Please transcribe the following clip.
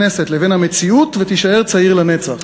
הכנסת לבין המציאות ותישאר צעיר לנצח.